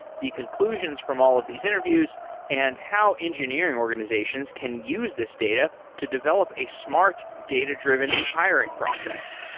the conclusions from all of these interviews and how engineering organizations can use this data to develop a smart data-driven hiring process.